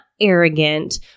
arrogant